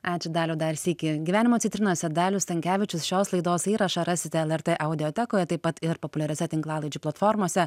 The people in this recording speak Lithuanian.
ačiū daliau dar sykį gyvenimo citrinose dalius stankevičius šios laidos įrašą rasite lrt audiotekoje taip pat ir populiariose tinklalaidžių platformose